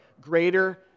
greater